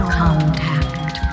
contact